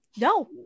No